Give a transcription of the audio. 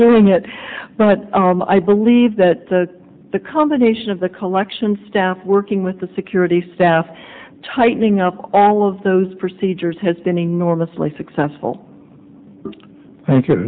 doing it but i believe that the combination of the collection staff working with the security staff tightening up all of those procedures has been enormously successful thank